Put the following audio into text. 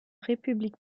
république